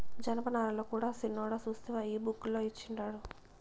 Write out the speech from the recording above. జనపనారల కూడా సిన్నోడా సూస్తివా ఈ బుక్ ల ఇచ్చిండారు